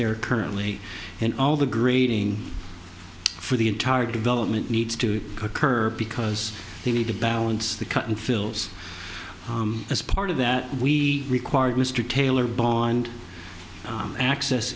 there currently and all the grading for the entire development needs to occur because they need to balance the cut and fills as part of that we required mr taylor bond access